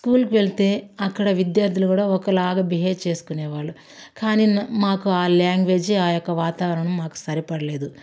స్కూల్కి వెళ్తే అక్కడ విద్యార్థులు కూడా ఒకలాగా బిహేవ్ చేసుకునే వాళ్ళు కానీ నా మాకు ఆ లాంగ్వేజ్ ఆ యొక్క వాతావరణం మాకు సరిపడలేదు